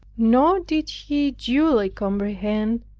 nor did he duly comprehend,